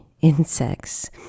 insects